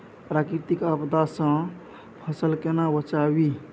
प्राकृतिक आपदा सं फसल केना बचावी?